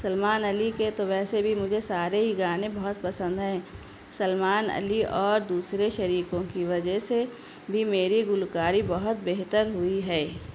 سلمان علی کے تو ویسے بھی مجھے سارے ہی گانے بہت پسند ہیں سلمان علی اور دوسرے شریکوں کی وجہ سے بھی میری گلوکاری بہت بہتر ہوئی ہے